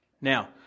Now